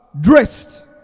dressed